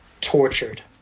tortured